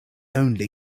only